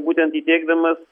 būtent įteikdamas